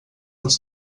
als